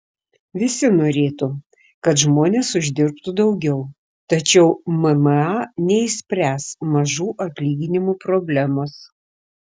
visi norėtų kad žmonės uždirbtų daugiau tačiau mma neišspręs mažų atlyginimų problemos